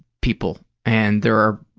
people. and there are,